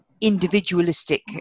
individualistic